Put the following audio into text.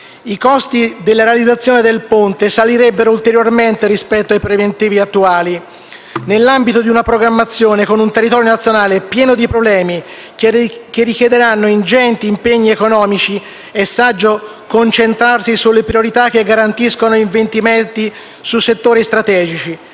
I costi della realizzazione del ponte salirebbero ulteriormente rispetto ai preventivi attuali. Nell'ambito di una programmazione con un territorio nazionale pieno di problemi che richiederanno ingenti impegni economici è saggio concentrarsi sulle priorità che garantiscono investimenti su settori strategici.